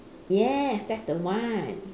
yes that's the one